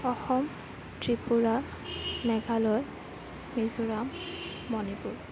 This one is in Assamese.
অসম ত্ৰিপুৰা মেঘালয় মিজোৰাম মণিপুৰ